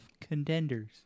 contenders